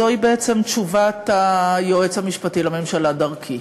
זוהי בעצם תשובת היועץ המשפטי לממשלה, דרכי.